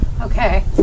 Okay